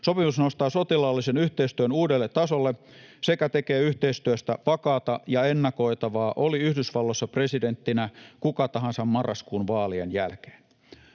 Sopimus nostaa sotilaallisen yhteistyön uudelle tasolle sekä tekee yhteistyöstä vakaata ja ennakoitavaa, oli Yhdysvalloissa presidenttinä kuka tahansa marraskuun vaalien jälkeen.